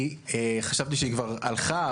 חשבתי שהיא כבר הלכה,